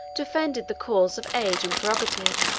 defended the cause of age and prerogative,